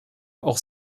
auch